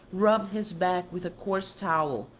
rubbed his back with a coarse towel,